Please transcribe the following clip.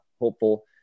hopeful